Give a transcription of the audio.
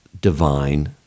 divine